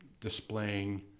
displaying